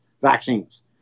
vaccines